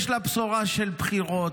יש לה בשורה של בחירות,